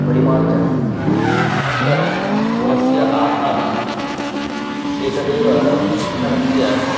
परिमार्जनम् अनन्तरं गुणस्य आधानम् एतदेव शिक्षणस्य